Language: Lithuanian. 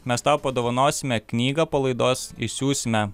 mes tau padovanosime knygą po laidos išsiųsime